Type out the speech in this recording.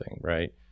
right